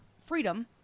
freedom